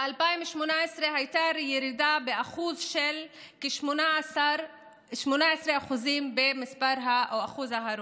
ב-2018 הייתה ירידה של כ-18% במספר ההרוגים,